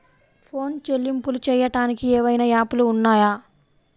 Phone చెల్లింపులు చెయ్యటానికి ఏవైనా యాప్లు ఉన్నాయా?